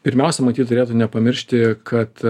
pirmiausia matyt turėtų nepamiršti kad